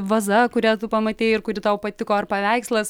vaza kurią tu pamatei ir kuri tau patiko ar paveikslas